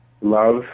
love